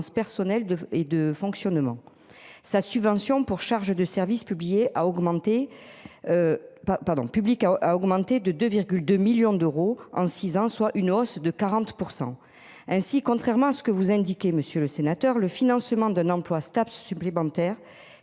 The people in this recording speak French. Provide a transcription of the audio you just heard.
personnelles de et de fonctionnement sa subvention pour charges de service publié à augmenter. Pas pardon public a augmenté de 2,2 millions d'euros en six ans, soit une hausse de 40%. Ainsi, contrairement à ce que vous indiquez Monsieur le sénateur, le financement d'un emploi stable supplémentaire